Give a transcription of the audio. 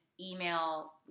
email